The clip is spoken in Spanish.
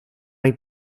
hay